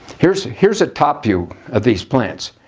here's here's a top view of these plants.